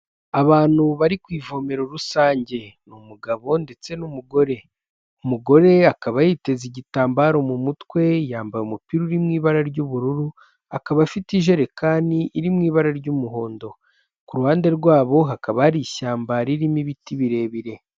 Abantu bari ku ivome rusange. Ni umugabo ndetse n'umugore, umugore akaba yiteze igitambaro mu mutwe yambaye umupira uri mu ibara ry'ubururu akaba afite ijerekani iri mu ibara ry'umuhondo, ku ruhande rwabo hakaba hari ishyamba ririmo ibiti birebire.